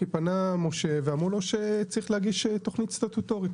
כי פנה משה ואמרו לו שצריך להגיש תוכנית סטטוטורית.